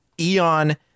eon